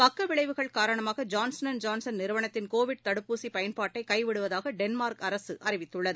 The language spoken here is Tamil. பக்க விளைவுகள் காரணமாக ஜான்சன் அண்ட் ஜான்சன் நிறுவனத்தின் கோவிட் தடுப்பூசி பயன்பாட்டை கைவிடுவதாக டென்மார்க் அரசு அறிவித்துள்ளது